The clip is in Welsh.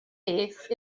beth